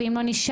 ואם לא נשאר,